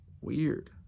weird